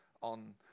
on